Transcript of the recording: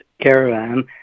Caravan